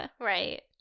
Right